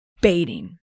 Baiting